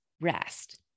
rest